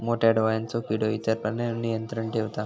मोठ्या डोळ्यांचो किडो इतर प्राण्यांवर नियंत्रण ठेवता